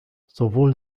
sowohl